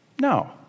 No